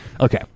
Okay